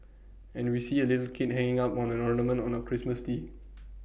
and we see A little kid hanging up on A ornament on A Christmas tree